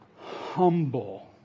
humble